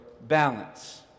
balance